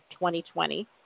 2020